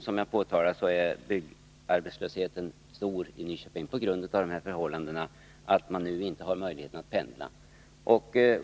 Som jag påtalat är dessutom byggarbetslösheten stor i Nyköping på grund av det förhållandet att man nu inte har möjlighet att pendla.